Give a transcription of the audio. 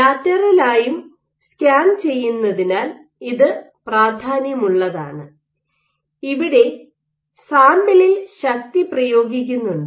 ലാറ്ററലായും scan ചെയ്യുന്നതിനാൽ ഇത് പ്രധാന്യമുള്ളതാണ് ഇവിടെ സാമ്പിളിൽ ശക്തി പ്രയോഗിക്കുന്നുണ്ട്